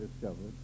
discovered